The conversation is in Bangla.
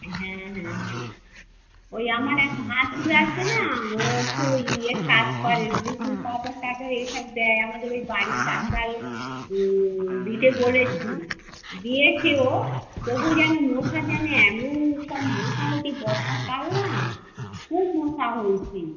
হ্যাঁ হ্যাঁ হ্যাঁ ওই আমার এক ভাসুর আছে না ও হচ্ছে ওই ইয়ে কাজ করে ব্লিচিং পাউডার টাউডার এই সব দেয় আমাদের ওই বাড়ির চারধারে দিতে বলেছি দিয়েছে ও তবু যেন মশা যেন এমন সব মশা হয়েছে বর্ষাকাল না খুব মশা হয়েছে